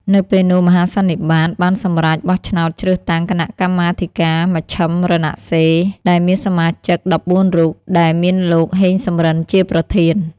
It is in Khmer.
នៅពេលនោះមហាសន្និបាត បានសម្រេចបោះឆ្នោតជ្រើសតាំង គណៈកម្មាធិការមជ្ឈិមរណសិរ្យ ដែលមានសមាជិក ១៤រូប ដែលមានលោក ហេង សំរិន ជាប្រធាន ។